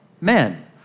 men